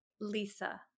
Lisa